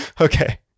Okay